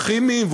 כימיים,